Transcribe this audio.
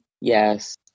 yes